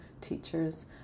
teachers